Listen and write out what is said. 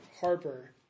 Harper